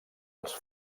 els